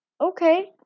okay